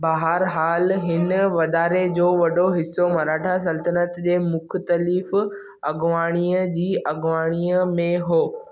बहरहाल हिन वाधारे जो वॾो हिसो मराठा सल्तनत जे मुख़तलिफ़ अॻुवाणीअ जी अॻुवाणीअ में हुयो